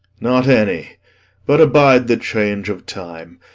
not any but abide the change of time,